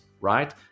right